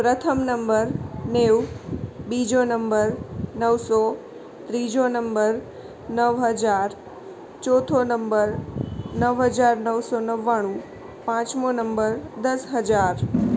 પ્રથમ નંબર નેવું બીજો નંબર નવસો ત્રીજો નંબર નવ હજાર ચોથો નંબર નવ હજાર નવસો નવ્વાણું પાંચમો નંબર દસ હજાર